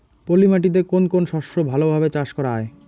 পলি মাটিতে কোন কোন শস্য ভালোভাবে চাষ করা য়ায়?